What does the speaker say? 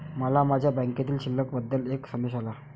मला माझ्या बँकेतील शिल्लक बद्दल एक संदेश आला